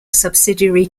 subsidiary